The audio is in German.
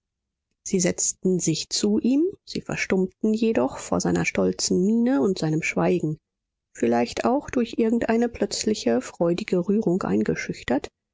sie setzten sich zu ihm sie verstummten jedoch vor seiner stolzen miene und seinem schweigen vielleicht auch durch irgendeine plötzliche freudige rührung eingeschüchtert